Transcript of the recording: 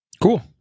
cool